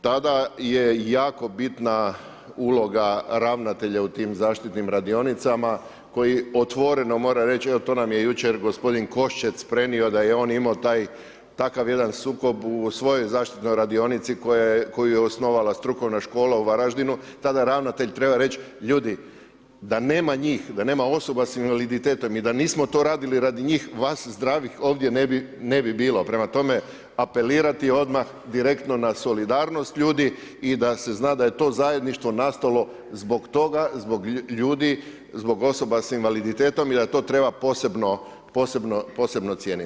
Tada je jako bitna uloga ravnatelja u tim zaštitnim radionicama koji otvoreno moram reći, evo to nam je jučer gospodin Koščec prenio da je on imao takav jedan sukob u svojoj zaštitnoj radionici koju je osnovala strukovna škola u Varaždinu, tada ravnatelj treba reći ljudi, da nema njih, da nema osoba s invaliditetom i da nismo to radili radi njih, vas zdravih ovdje ne bi bilo, prema tome apelirati odmah direktno na solidarnost ljudi i da se zna da je to zajedništvo nastalo zbog toga, zbog ljudi, zbog osoba s invaliditetom i da to treba posebno cijeniti.